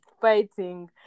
fighting